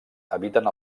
habiten